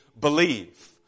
believe